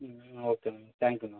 ம் okay ma'am thank you ma'am